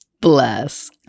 Bless